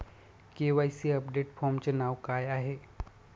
KYC update फॉर्मचे नाव काय आहे?